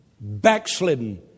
backslidden